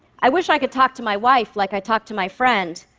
i wish i could talk to my wife like i talk to my friend,